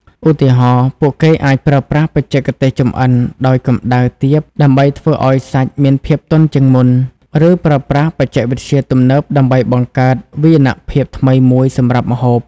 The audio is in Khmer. ឧទាហរណ៍ ពួកគេអាចប្រើប្រាស់បច្ចេកទេសចម្អិនដោយកម្ដៅទាបដើម្បីធ្វើឲ្យសាច់មានភាពទន់ជាងមុន ឬប្រើប្រាស់បច្ចេកវិទ្យាទំនើបដើម្បីបង្កើតវាយនភាពថ្មីមួយសម្រាប់ម្ហូប។